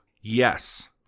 Yes